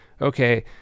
okay